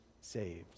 saved